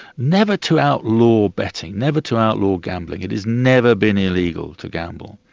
never to outlaw betting, never to outlaw gambling, it has never been illegal to gamble.